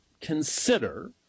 consider